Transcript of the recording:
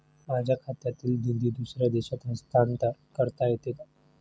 माझ्या खात्यातील निधी दुसऱ्या देशात हस्तांतर करता येते का?